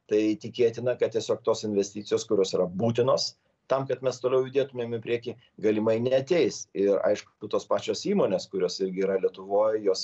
tai tikėtina kad tiesiog tos investicijos kurios yra būtinos tam kad mes toliau judėtumėm į priekį galimai neateis ir aišku tos pačios įmonės kurios irgi yra lietuvoj jos